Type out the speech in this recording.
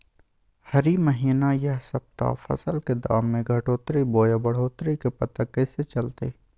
हरी महीना यह सप्ताह फसल के दाम में घटोतरी बोया बढ़ोतरी के पता कैसे चलतय?